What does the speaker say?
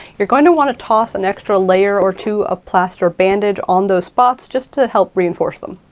you're going to wanna toss an extra layer or two of plaster bandage on those spots just to help reinforce them.